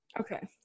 okay